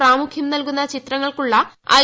പ്രാമുഖ്യം നൽകുന്ന ചിത്രങ്ങളക്കുളള ഐ